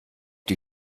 die